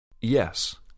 Yes